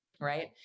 right